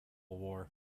war